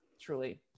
truly